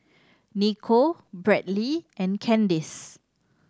Niko Bradley and Candis